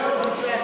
אתם לא מתביישים?